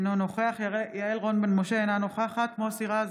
אינו נוכח יעל רון בן משה, אינה נוכחת מוסי רז,